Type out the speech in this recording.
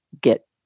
get